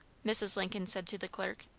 mrs. lincoln said to the clerk.